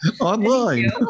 Online